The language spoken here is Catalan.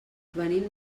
venim